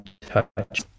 touch